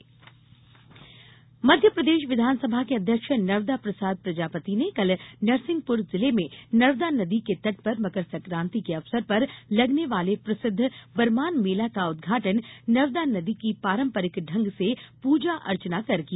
मकर संक्रांति मध्यप्रदेश विधानसभा के अध्यक्ष नर्मदा प्रसाद प्रजापति ने कल नरसिंहपुर जिले में नर्मदा नदी के तट पर मकर संक्रांति के अवसर पर लगने वाले प्रसिद्ध बरमान मेला का उर्दघाटन नर्मदा नदी की पारंपरिक ढंग से पूजा अर्चना कर किया